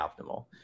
optimal